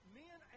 men